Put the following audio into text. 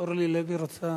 אורלי לוי רוצה